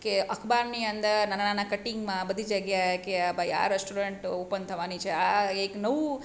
કે અખબારની અંદર નાના નાના કટિંગમાં આ બધી જગ્યાએ કે આ ભાઈ આ રેસ્ટોરન્ટો ઓપન થવાની છે આ આ એક નવું